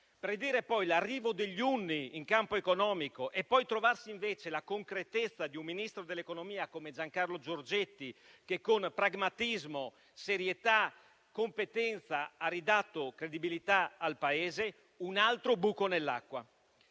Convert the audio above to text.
Predire poi l'arrivo degli Unni in campo economico, e poi trovarsi invece la concretezza di un ministro dell'economia come Giancarlo Giorgetti, che con pragmatismo, serietà e competenza ha ridato credibilità al Paese, è stato un altro buco nell'acqua.